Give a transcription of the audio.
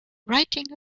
writing